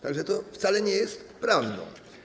Tak że to wcale nie jest prawdą.